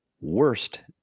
worst